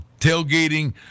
tailgating